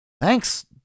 Thanks